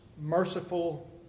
merciful